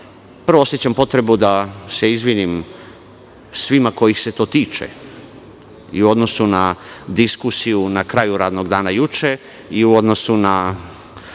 prvo osećam potrebu da se izvinim svima kojih se to tiče u odnosu na diskusiju na kraju radnog dana juče i u odnosu na